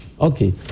Okay